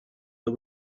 the